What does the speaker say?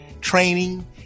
training